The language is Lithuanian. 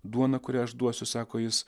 duona kurią aš duosiu sako jis